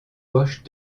poche